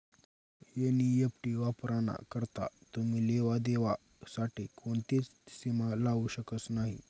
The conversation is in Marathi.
एन.ई.एफ.टी वापराना करता तुमी लेवा देवा साठे कोणतीच सीमा लावू शकतस नही